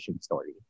story